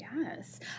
Yes